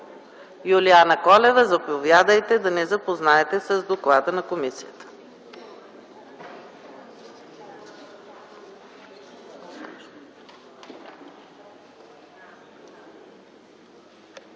Госпожо Колева, заповядайте да ни запознаете с доклада на комисията.